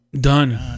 done